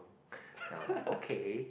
then I was like okay